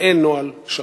מעין "נוהל שכן".